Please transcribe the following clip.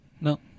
No